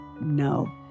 No